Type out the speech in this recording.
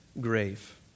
grave